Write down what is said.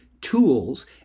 tools